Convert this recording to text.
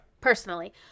Personally